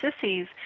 sissies